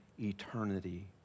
eternity